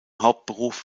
hauptberuf